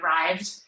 arrived